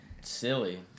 silly